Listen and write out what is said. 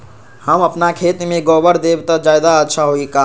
हम अपना खेत में गोबर देब त ज्यादा अच्छा होई का?